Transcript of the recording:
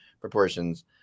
proportions